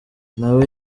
nawe